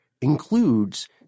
includes